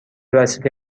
وسیله